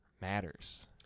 matters